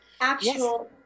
actual